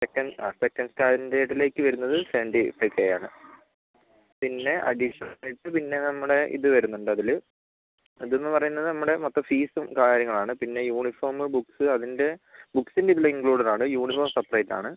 second ആ second സ്റ്റാൻഡേർഡിലേക്ക് വരുന്നത് സെവൻറ്റി ഫൈവ് കെ ആണ് പിന്നെ അഡീഷണൽ ആയിട്ട് പിന്നെ നമ്മുടെ ഇത് വരുന്നുണ്ട് അതിൽ അത് എന്ന് പറയുന്നത് നമ്മുടെ മൊത്തം ഫീസും കാര്യങ്ങളാണ് പിന്നെ യൂണിഫോം ബുക്ക്സ് അതിൻ്റെ ബുക്ക്സിൻ്റെ ഇതിൽ ഇൻക്ലൂഡഡ് ആണ് യൂണിഫോം സെപ്പറേറ്റ് ആണ്